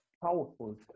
powerful